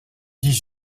dix